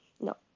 no